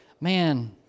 man